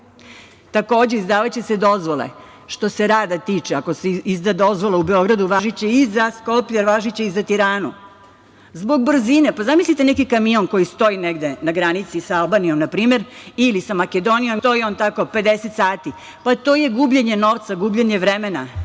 ljudi. Takođe, izdavaće se dozvole što se rada tiče, ako se izda dozvola u Beogradu, važiće i za Skoplje i za Tiranu. Zbog brzine. Zamislite neki kamion koji stoji negde na granici sa Albanijom, na primer, ili sa Makedonijom i stoji 50 sati. To je gubljenje novca, gubljenje vremena,